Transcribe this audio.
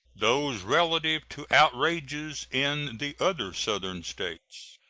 those relative to outrages in the other southern states.